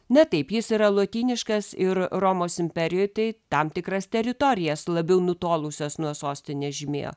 na taip jis yra lotyniškas ir romos imperijoj tai tam tikras teritorijas labiau nutolusias nuo sostinės žymėjo